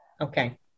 Okay